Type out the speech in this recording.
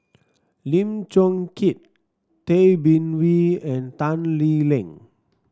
Lim Chong Keat Tay Bin Wee and Tan Lee Leng